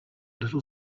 little